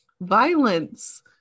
Violence